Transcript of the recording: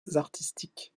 artistiques